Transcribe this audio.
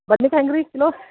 ಬದ್ನೆಕಾಯಿ ಹೆಂಗೆ ರೀ ಕಿಲೋ